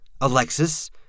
Alexis